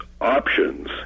options